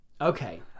Okay